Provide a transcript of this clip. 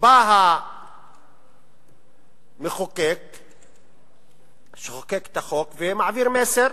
בא המחוקק שחוקק את החוק, ומעביר מסר: